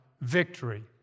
victory